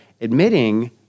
Admitting